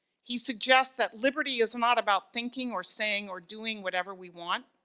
he suggests that liberty is not about thinking or saying or doing whatever we want.